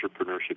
entrepreneurship